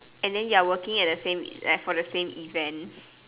and then you are working at the same for the same event